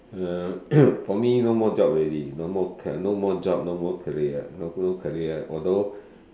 uh for me no more job already no more no more job no more career no career although